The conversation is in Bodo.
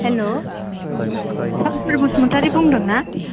हेल' सानथुरि बसुमथारि बुंदों ना